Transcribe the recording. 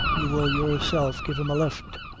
you will yourself give him a lift.